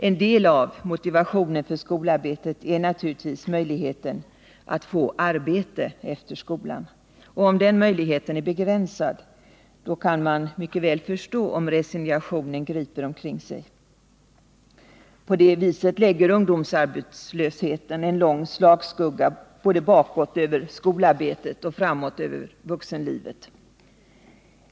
En del av motivationen för skolarbetet är naturligtvis möjligheten att få arbete efter skolan. Om den möjligheten är begränsad, kan man mycket väl förstå om resignationen griper omkring sig. På det viset lägger ungdomsarbetslösheten en lång slagskugga både bakåt över skolarbetet och framåt över vuxenlivet.